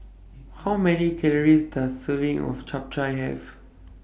How Many Calories Does Serving of Chap Chai Have